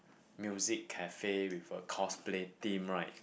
music cafe with a cosplay theme right